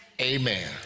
Amen